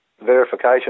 verification